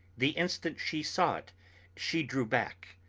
the instant she saw it she drew back,